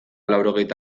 laurogeita